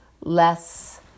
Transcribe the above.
less